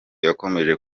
yakomeje